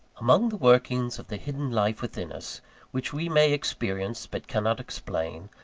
among the workings of the hidden life within us which we may experience but cannot explain,